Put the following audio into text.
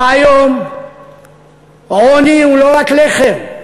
היום עוני הוא לא רק לחם,